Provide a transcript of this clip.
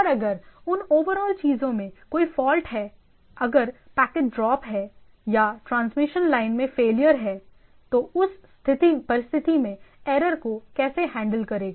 और अगर उन ओवरऑल चीजों में कोई फॉल्ट है अगर पैकेट ड्रॉप है या ट्रांसमिशन लाइन में फैलियर है तो इस परिस्थिति में एरर को कैसे हैंडल करेगा